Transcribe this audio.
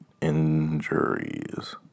injuries